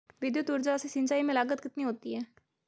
विद्युत ऊर्जा से सिंचाई में लागत कितनी होती है?